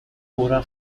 pura